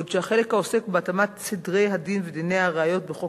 ואילו החלק העוסק בהתאמת סדרי הדין ודיני הראיות בחוק